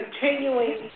continuing